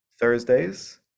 Thursdays